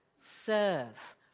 serve